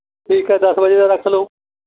ਠੀਕ ਹੈ ਦਸ ਵਜੇ ਦਾ ਰੱਖ ਲਉ